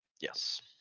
Yes